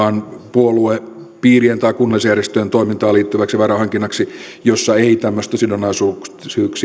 puoluepiirien tai kunnallisjärjestöjen toimintaan liittyväksi varainhankinnaksi jossa ei tämmöistä sidonnaisuuksiin